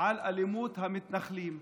על אלימות המתנחלים,